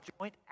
joint